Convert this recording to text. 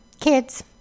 kids